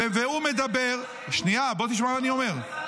והוא מדבר, שנייה, בוא תשמע מה אני אומר.